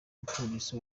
mupolisi